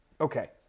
Okay